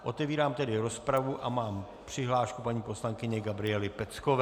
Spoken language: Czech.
Otevírám rozpravu a mám přihlášku paní poslankyně Gabriely Peckové.